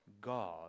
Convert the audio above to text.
God